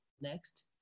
Next